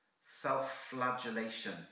self-flagellation